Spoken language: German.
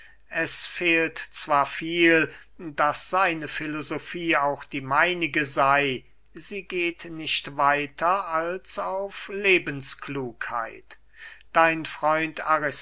es fehlt zwar viel daß seine filosofie auch die meinige sey sie geht nicht weiter als auf lebensklugheit dein freund